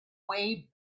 way